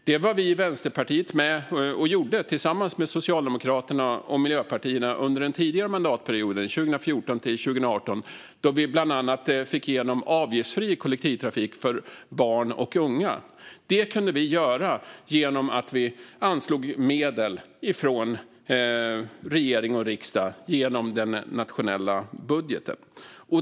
Det var vi i Vänsterpartiet med och gjorde, tillsammans med Socialdemokraterna och Miljöpartiet, under den tidigare mandatperioden 2014-2018, då vi bland annat fick igenom avgiftsfri kollektivtrafik för barn och unga. Det kunde vi göra genom att vi anslog medel från regering och riksdag genom den nationella budgeten.